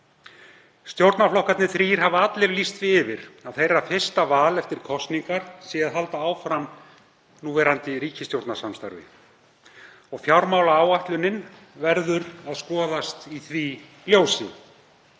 Stjórnarflokkarnir þrír hafa allir lýst því yfir að þeirra fyrsta val eftir kosningar sé að halda áfram núverandi ríkisstjórnarsamstarfi og fjármálaáætlunin verður að skoðast í því ljósi.